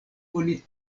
oni